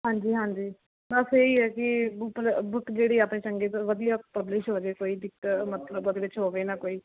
ਹਾਂਜੀ ਹਾਂਜੀ ਬਸ ਇਹੀ ਐ ਕੀ ਬੁੱਕ ਬੁੱਕ ਜਿਹੜੀ ਆਪਣੇ ਚੰਗੀ ਤਰ੍ਹਾਂ ਵਧੀਆ ਪਬਲਿਸ਼ ਹੋਜੇ ਕੋਈ ਦਿੱਕ ਮਤਲਬ ਉਹਦੇ ਵਿੱਚ ਹੋਵੇ ਨਾ ਕੋਈ